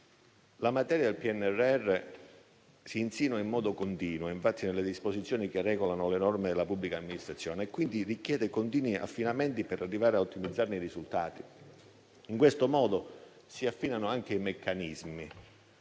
La materia del PNRR si insinua in modo continuo, infatti, nelle disposizioni che regolano le norme della pubblica amministrazione, e quindi richiede continui affinamenti per arrivare a ottimizzarne i risultati. In questo modo si affinano anche i meccanismi